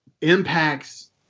impacts